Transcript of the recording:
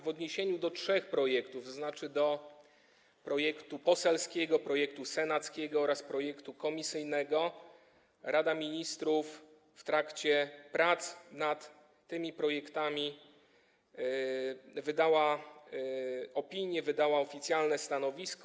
W odniesieniu do trzech projektów, tzn. do projektu poselskiego, projektu senackiego oraz projektu komisyjnego, Rada Ministrów w trakcie prac nad nimi wydała opinię, wydała oficjalne stanowisko.